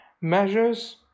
measures